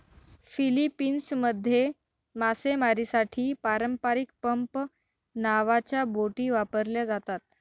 फिलीपिन्समध्ये मासेमारीसाठी पारंपारिक पंप नावाच्या बोटी वापरल्या जातात